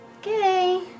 Okay